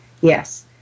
yes